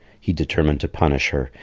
he determined to punish her,